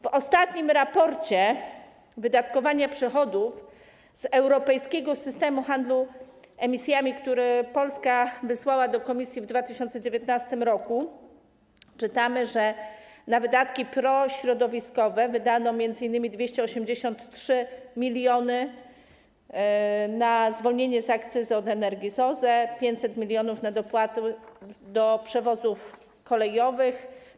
W ostatnim raporcie wydatkowania przychodów z europejskiego systemu handlu emisjami, który Polska wysłała do Komisji w 2019 r., czytamy, że w ramach wydatków prośrodowiskowych wydano m.in. 283 mln zł na zwolnienie z akcyzy energii z OZE, 500 mln zł na dopłaty do przewozów kolejowych.